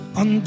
on